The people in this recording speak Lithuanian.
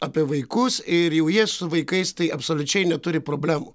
apie vaikus ir jau jie su vaikais tai absoliučiai neturi problemų